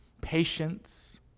patience